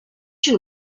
you